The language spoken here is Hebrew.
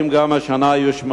1. האם גם השנה יושמדו